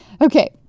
Okay